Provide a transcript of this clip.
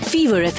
Fever